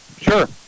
Sure